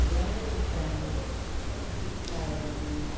व्यङ्गचित्राणि कारयामि